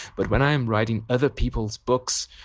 but when i'm writing other people's books,